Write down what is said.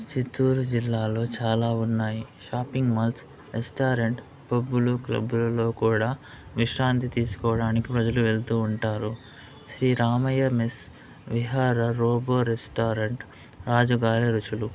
చిత్తూరు జిల్లాలో చాలా ఉన్నాయి షాపింగ్ మాల్స్ రెస్టారెంట్ పబ్బులు క్లబ్బులలో కూడా విశ్రాంతి తీసుకోవడానికి ప్రజలు వెళ్తూ ఉంటారు Shri Ramayya mess Vihara robo restaurant Raju గారి రుచులు